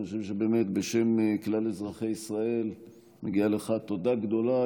אני חושב שבאמת בשם כלל אזרחי ישראל מגיעה לך תודה גדולה,